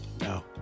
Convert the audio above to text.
No